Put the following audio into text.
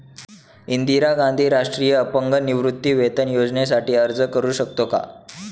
इंदिरा गांधी राष्ट्रीय अपंग निवृत्तीवेतन योजनेसाठी अर्ज करू शकतो का?